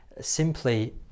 simply